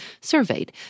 surveyed